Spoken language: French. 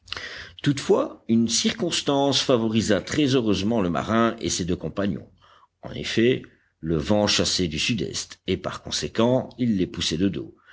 toutefois une circonstance favorisa très heureusement le marin et ses deux compagnons en effet le vent chassait du sud-est et par conséquent il les poussait de dos